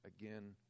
again